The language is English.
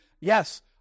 yes